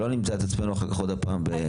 שלא נמצא את עצמנו אחר כך עוד פעם.